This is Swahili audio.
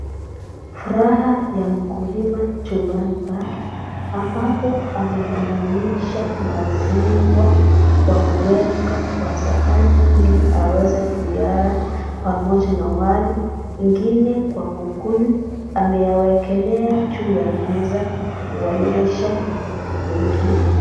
Furaha ya mkulima chumbani pake ambapo amegandanisha maziwa kwa kuweka kwa sahani ili aweze kuyala pamoja na wali, ingine kwa kunywa. Amewekelea juu ya meza kuonyesha wengine.